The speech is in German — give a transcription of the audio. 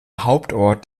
hauptort